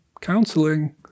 counseling